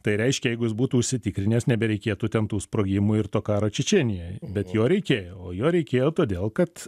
tai reiškia jeigu jis būtų užsitikrinęs nebereikėtų ten tų sprogimų ir to karo čečėnijoj bet jo reikėjo o jo reikėjo todėl kad